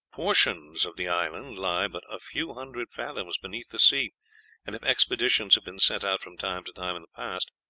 portions of the island lie but a few hundred fathoms beneath the sea and if expeditions have been sent out from time to time in the past,